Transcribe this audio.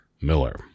Miller